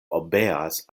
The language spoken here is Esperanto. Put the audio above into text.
obeas